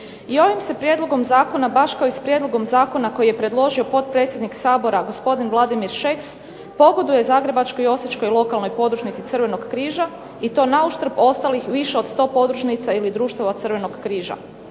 I ovim se prijedlogom zakona baš kao i s prijedlogom zakona koji je predložio potpredsjednik Sabora gospodin Vladimir Šeks pogoduje zagrebačkoj i osječkoj lokalnoj podružnici Crvenog križa i to na uštrb ostalih više od sto podružnica ili društava Crvenog križa.